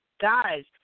guys